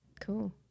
Cool